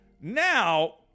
Now